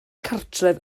cartref